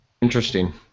Interesting